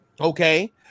Okay